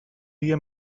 dia